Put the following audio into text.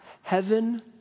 heaven